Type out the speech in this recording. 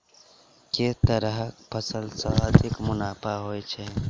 केँ तरहक फसल सऽ अधिक मुनाफा होइ छै?